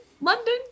London